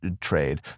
trade